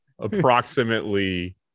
approximately